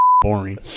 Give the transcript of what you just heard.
boring